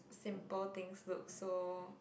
simple things look so